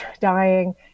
dying